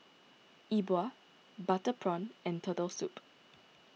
E Bua Butter Prawn and Turtle Soup